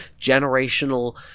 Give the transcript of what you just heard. generational